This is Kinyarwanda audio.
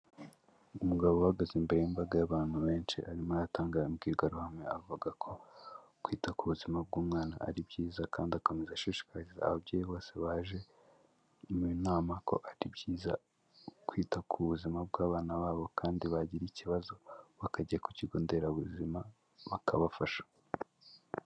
Umugabo uhagaze imbere y'imbaga y'abantu benshi arimo aratanga imbwirwaruhame avuga ko kwita ku buzima bw'umwana ari byiza kandi akomeza ashishikariza ababyeyi bose baje mu nama ko ari byiza kwita ku buzima bw'abana babo kandi bagira ikibazo bakajya ku kigo nderabuzima bakabafasha.